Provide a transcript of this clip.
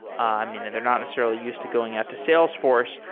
um you know they're not necessarily used to going out to salesforce,